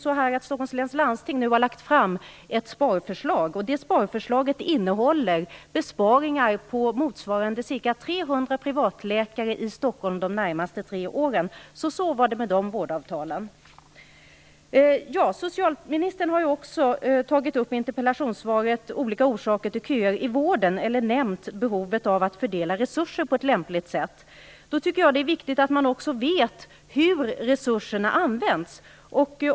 Stockholms läns landsting har lagt fram ett sparförslag. Det sparförslaget innehåller besparingar motsvarande ca 300 privatläkare i Stockholm de närmaste tre åren. Så var de med de vårdavtalen. Socialministern har i interpellationssvaret tagit upp olika orsaker till köer i vården och nämnt behovet av att fördela resurser på ett lämpligt sätt. Då tycker jag att det är viktigt att man också vet hur resurserna används.